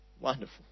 Wonderful